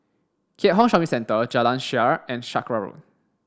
Keat Hong Shopping Centre Jalan Shaer and Sakra Road